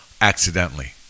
accidentally